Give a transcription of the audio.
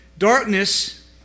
Darkness